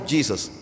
Jesus